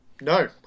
No